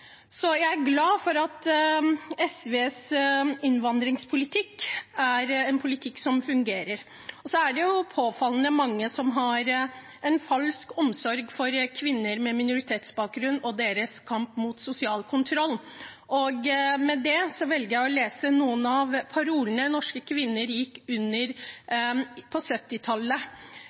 Så jeg er glad for at SVs innvandringspolitikk er en politikk som fungerer. Det er påfallende mange som har en falsk omsorg for kvinner med minoritetsbakgrunn og deres kamp mot sosial kontroll. Med det velger jeg å lese opp noen av parolene norske kvinner gikk under på